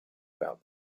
about